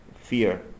fear